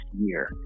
year